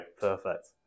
perfect